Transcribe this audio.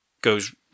goes